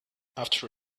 after